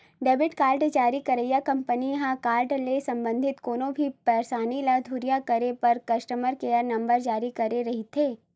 debit card जारी करइया company ह कारड ले संबंधित कोनो भी परसानी ल दुरिहा करे बर कस्टमर केयर नंबर जारी करे रहिथे